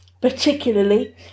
particularly